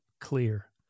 clear